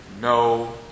no